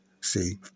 See